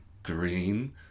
Green